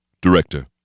Director